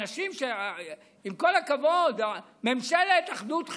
עם כל הכבוד, ממשלת אחדות חילונית,